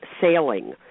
sailing